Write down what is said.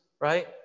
Right